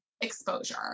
exposure